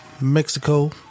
Mexico